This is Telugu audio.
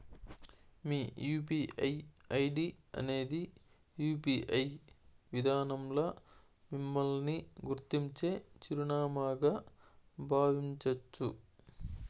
మీ యూ.పీ.ఐ ఐడీ అనేది యూ.పి.ఐ విదానంల మిమ్మల్ని గుర్తించే చిరునామాగా బావించచ్చు